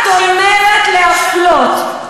את אומרת "להפלות".